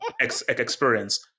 experience